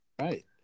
Right